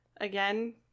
Again